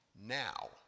Now